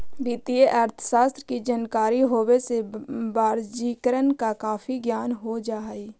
वित्तीय अर्थशास्त्र की जानकारी होवे से बजारिकरण का काफी ज्ञान हो जा हई